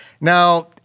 Now